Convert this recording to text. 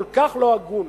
כל כך לא הגון,